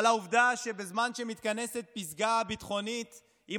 על העובדה שבזמן שמתכנסת פסגה ביטחונית עם